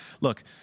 look